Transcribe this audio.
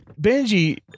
Benji